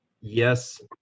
yes